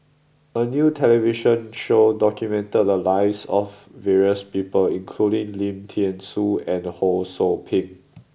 a new television show documented the lives of various people including Lim Thean Soo and Ho Sou Ping